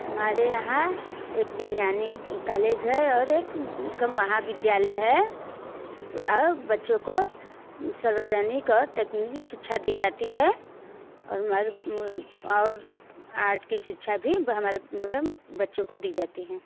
हमारे यहाँ एक बिनानी कॉलेज है और एक महाविद्यालय है और बच्चों को सर्वजनिक और तकनीकी शिक्षा दी जाती है और और आठ की शिक्षा जो हमारे बच्चों को दी जाती है